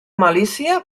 malícia